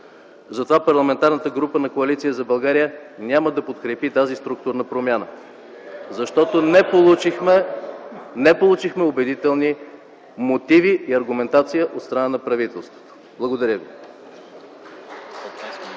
Затова Парламентарната група на Коалиция за България няма да подкрепи тази структурна промяна, защото не получихме убедителни мотиви и аргументация от страна на правителството. Благодаря ви.